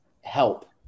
help